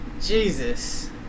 Jesus